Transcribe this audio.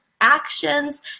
actions